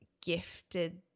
gifted